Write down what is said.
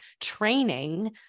training